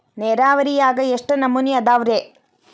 ನೇರಾವರಿಯಾಗ ಎಷ್ಟ ನಮೂನಿ ಅದಾವ್ರೇ?